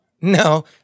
no